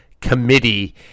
committee